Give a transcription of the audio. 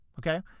okay